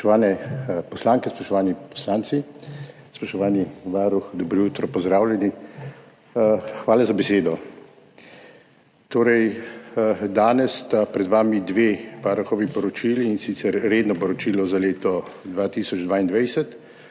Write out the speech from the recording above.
Hvala za besedo. Danes sta pred vami dve Varuhovi poročili, in sicer redno poročilo za leto 2022